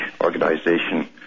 organization